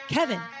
Kevin